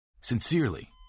Sincerely